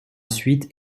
suite